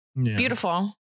Beautiful